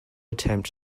attempt